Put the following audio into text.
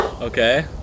Okay